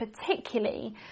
particularly